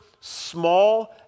small